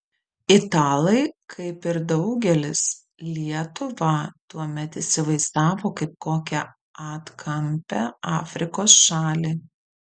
italai kaip ir daugelis lietuvą tuomet įsivaizdavo kaip kokią atkampią afrikos šalį